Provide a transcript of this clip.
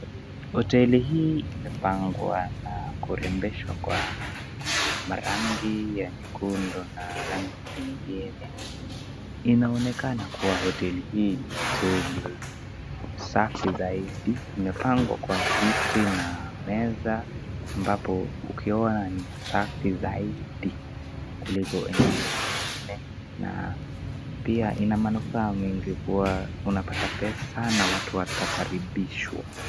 Hoteli hii imepangwa na kurembeshwa kwa marangi ya nyekundu na rangi zingine . Inaonekana kuwa hoteli hii ni hoteli safi saidi, imepangwa kwa viti na meza ambapo ukioa ni safi zaidi kuliko eneo nyingine. Na pia ina manufaa mengi kwa unapata pesa na watu watakaribishwa.